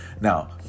Now